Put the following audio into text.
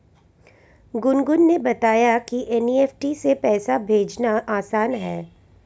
गुनगुन ने बताया कि एन.ई.एफ़.टी से पैसा भेजना आसान है